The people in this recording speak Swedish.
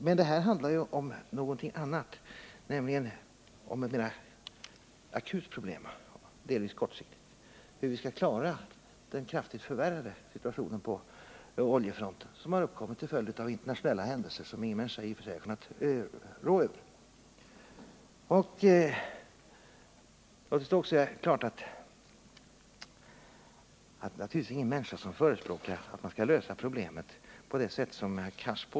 Men nu handlar det ju om någonting annat, nämligen om ett mera akut och delvis kortsiktigt problem: hur vi skall klara den kraftigt förvärrade situationen på oljefronten, som har uppkommit till följd av internationella händelser som ingen människa i och för sig har kunnat råda över. Låt oss i det sammanhanget göra klart att det naturligtvis inte är någon som har förespråkat att man skulle lösa problemen på det sätt som herr Cars påstår att jag velat.